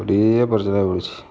பெரிய பிரச்சனையாக போய்டுச்சி